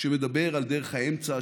שמדבר על דרך האמצע,